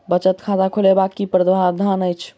बचत खाता खोलेबाक की प्रावधान अछि?